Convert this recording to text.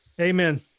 Amen